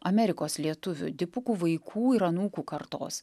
amerikos lietuvių dipukų vaikų ir anūkų kartos